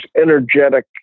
energetic